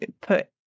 put